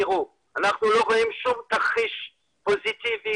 אנחנו לא רואים שום תרחיש פוזיטיבי,